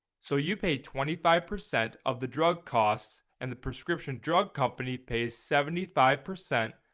so you paid twenty five percent of the drug costs and the prescription drug company pays seventy five percent.